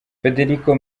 federico